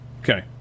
Okay